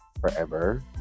forever